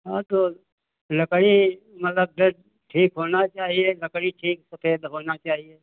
हाँ तो लकड़ी मतलब की ठीक होना चाहिए लकड़ी ठीक होना चाहिए